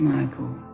Michael